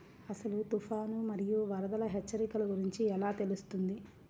అసలు తుఫాను మరియు వరదల హెచ్చరికల గురించి ఎలా తెలుస్తుంది?